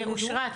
אושרת,